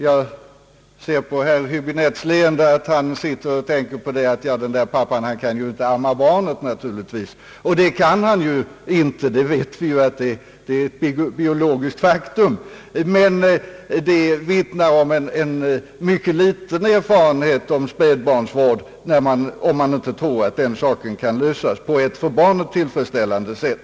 Jag ser på herr Häbinettes leende att han sitter och tänker på att pappan inte kan amma barnet. Det kan han naturligtvis inte — vi vet att det är ett biologiskt faktum — men det vittnar om en mycket liten erfarenhet av spädbarnsvård, om herr Häbinette inte tror att den saken kan ordnas på ett för barnet tillfredsställande sätt.